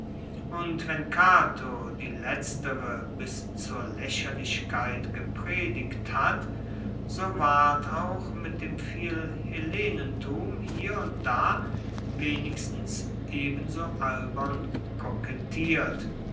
und wenn cato die letztere bis zur laecherlichkeit gepredigt hat so ward auch mit dem philhellenentum hier und da wenigstens ebenso albern kokettiert